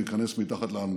להיכנס מתחת לאלונקה.